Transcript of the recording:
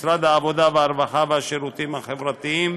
משרד העבודה והרווחה והשירותים החברתיים